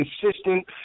consistent